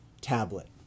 tablet